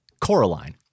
Coraline